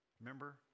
Remember